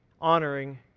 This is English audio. honoring